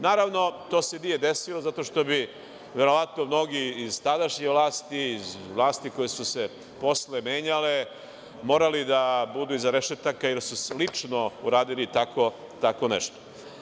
Naravno, to se nije desilo zato što bi verovatno mnogi iz tadašnje vlasti, iz vlasti koje su se posle menjale, morali da budu iza rešetaka, jer su slično radili tako nešto.